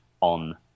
on